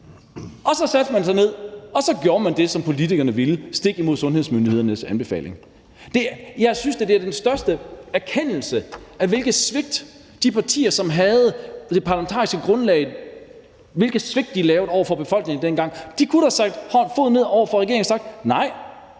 Og så satte man sig ned, og så gjorde man det, som politikerne ville, stik imod sundhedsmyndighedernes anbefaling. Jeg synes, det er den største erkendelse af, hvilket svigt de partier, som havde det parlamentariske grundlag, lavede over for befolkningen dengang. De kunne da have sat foden ned over for regeringen og sagt: Nej,